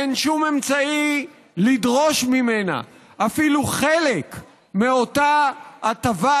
אין שום אמצעי לדרוש ממנה אפילו חלק מאותה הטבת